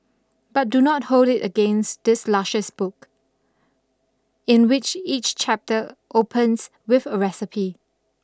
but do not hold it against this luscious book in which each chapter opens with a recipe